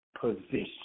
position